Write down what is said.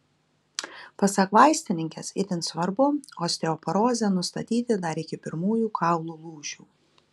pasak vaistininkės itin svarbu osteoporozę nustatyti dar iki pirmųjų kaulų lūžių